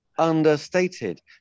understated